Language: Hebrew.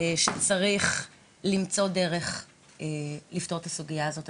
שצריך למצוא דרך לפתור את הסוגייה הזאת.